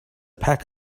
pack